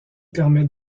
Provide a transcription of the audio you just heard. permet